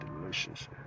delicious